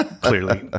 clearly